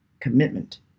Commitment